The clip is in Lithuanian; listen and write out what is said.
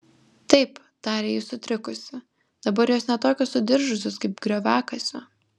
taip tarė ji sutrikusi dabar jos ne tokios sudiržusios kaip grioviakasio